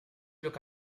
look